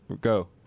go